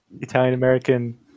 Italian-American